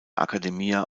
academia